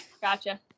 gotcha